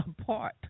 apart